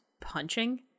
punching